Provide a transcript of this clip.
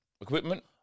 equipment